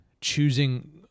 choosing